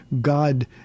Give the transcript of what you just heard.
God